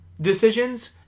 decisions